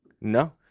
No